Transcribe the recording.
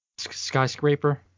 skyscraper